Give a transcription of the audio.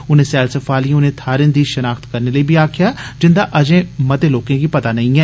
उनें सैलसफा आलिएं उनें थाहरें दी षनाख्त करने लेई बी आक्खेआ जिन्दा अजें मते लोकें गी पता नेईं ऐ